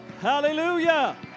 Hallelujah